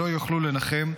שלא יוכלו לנחם,